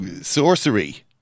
sorcery